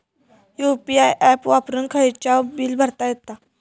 UPI app वापरून खायचाव bill भरता येता